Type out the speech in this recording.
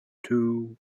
two